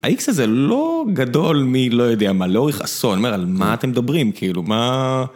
האיקס הזה לא גדול מלא יודע מה לאורך עשור, זאת אומרת על מה אתם מדברים כאילו, מה...